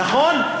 נכון.